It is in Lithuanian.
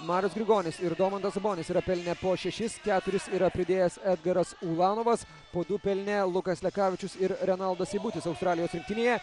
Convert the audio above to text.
marius grigonis ir domantas sabonis yra pelnę po šešis keturis yra pridėjęs edgaras ulanovas po du pelnė lukas lekavičius ir renaldas seibutis australijos rinktinėje